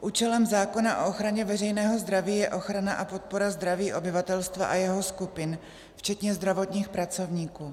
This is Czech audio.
Účelem zákona o ochraně veřejného zdraví je ochrana a podpora zdraví obyvatelstva a jeho skupin včetně zdravotních pracovníků.